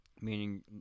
meaning